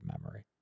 memory